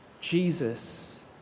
Jesus